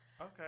Okay